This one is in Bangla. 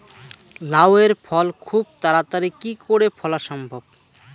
লাউ এর ফল খুব তাড়াতাড়ি কি করে ফলা সম্ভব?